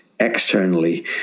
externally